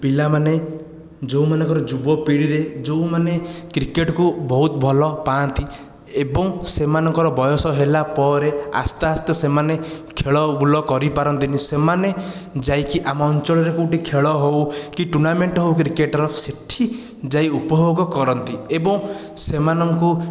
ପିଲାମାନେ ଯେଉଁମାନଙ୍କର ଯୁବପିଢ଼ିରେ ଯେଉଁମାନେ କ୍ରିକେଟକୁ ବହୁତ ଭଲ ପାଆନ୍ତି ଏବଂ ସେମାଙ୍କର ବୟସ ହେଲା ପରେ ଆସ୍ତେ ଆସ୍ତେ ସେମାନେ ଖେଳ ବୁଲ କରି ପାରନ୍ତିନି ସେମାନେ ଯାଇକି ଆମ ଅଞ୍ଚଳରେ କେଉଁଠି ଖେଳ ହେଉ କି ଟୁର୍ଣ୍ଣାମେଣ୍ଟ ହେଉ କ୍ରିକେଟର ସେଠି ଯାଇ ଉପଭୋଗ କରନ୍ତି ଏବଂ ସେମାନଙ୍କୁ